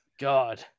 god